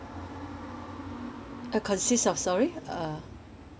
uh consist of sorry uh